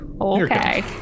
Okay